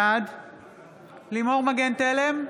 בעד לימור מגן תלם,